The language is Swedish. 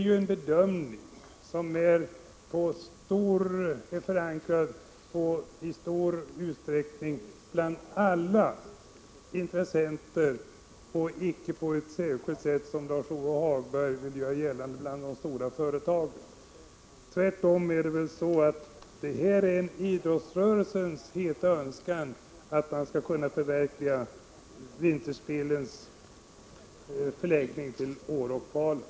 Den bedömning som har gjorts är ju förankrad hos i stort sett alla intressenter och inte bara hos de stora företagen, som Lars-Ove Hagberg vill göra gällande. Tvärtom är det idrottsrörelsens heta önskan att de olympiska vinterspelen skall förläggas till Åre och Falun.